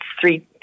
three